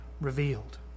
revealed